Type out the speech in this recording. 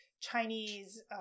Chinese